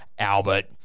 Albert